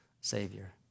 Savior